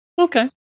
Okay